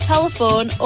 telephone